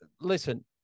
listen